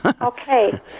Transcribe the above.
Okay